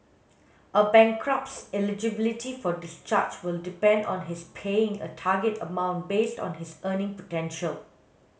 a bankrupt's eligibility for discharge will depend on his paying a target amount based on his earning potential